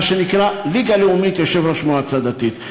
מה שנקרא, ליגה לאומית, יושב-ראש מועצה דתית.